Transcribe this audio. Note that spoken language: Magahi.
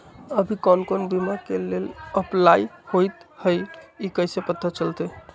अभी कौन कौन बीमा के लेल अपलाइ होईत हई ई कईसे पता चलतई?